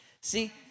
See